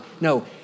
No